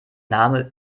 name